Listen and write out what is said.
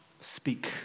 speak